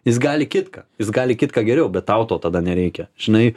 jis gali kitką jis gali kitką geriau bet tau to tada nereikia žinai